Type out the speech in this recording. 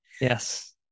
Yes